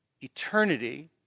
eternity